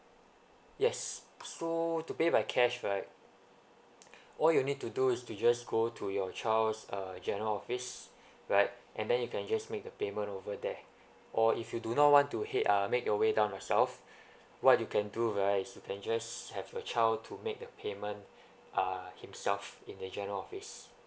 yes so to pay by cash right all you need to do is to just go to your child's uh general office right and then you can just make the payment over there or if you do not want to head uh make your way down yourself what you can do right you can just have your child to make the payment uh himself in the general office